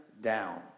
down